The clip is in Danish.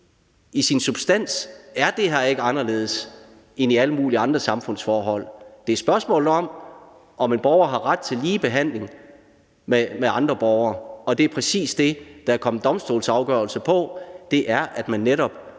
i sin substans er det her ikke anderledes end i alle mulige andre samfundsforhold. Det er spørgsmålet om, om en borger har ret til ligebehandling med andre borgere. Det er præcis det, der er kommet en domstolsafgørelse på. Den siger, at man netop